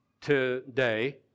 today